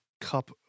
cup